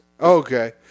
Okay